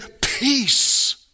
peace